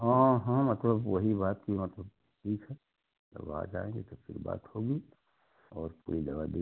हाँ हाँ मतलब वही बात कि मतलब ठीक है जब आ जाएँगे तो फिर बात होगी और कोई दवा दें